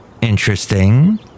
Interesting